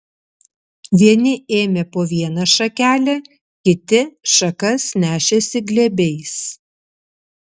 vieni ėmė po vieną šakelę kiti šakas nešėsi glėbiais